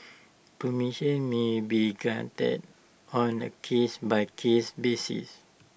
permission may be granted on A case by case basis